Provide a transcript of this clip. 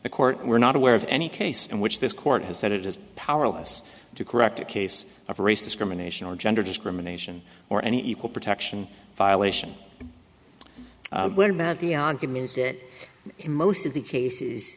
the court were not aware of any case in which this court has said it is powerless to correct a case of race discrimination or gender discrimination or any equal protection violation well matt the argument that in most of the cases